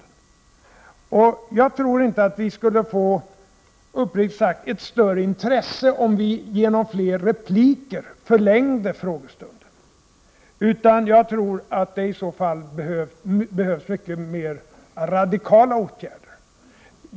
Jag tror, uppriktigt sagt, inte att vi skulle få ett större intresse om vi genom fler repliker förlängde frågestunden, utan jag tror att det i så fall behövs mycket mer radikala åtgärder.